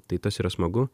tai tas yra smagu